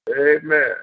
Amen